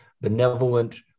benevolent